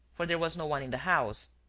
for there was no one in the house.